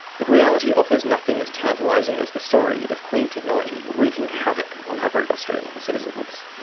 but reality offers nothing as tantalising as the story of clean technology wreaking havoc on average australian citizens.